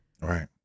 Right